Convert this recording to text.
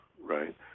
right